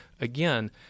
Again